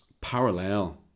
parallel